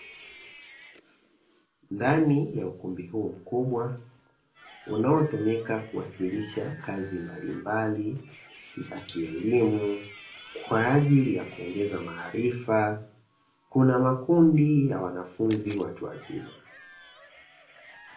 Ndani ya ukumbi huu mkubwa unaotumika kuwasilisha kazi mbalimbali za kielimu, kwa ajili ya kuongeza maarifa. Kuna makundi ya wanafunzi watu wazima.